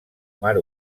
mar